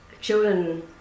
children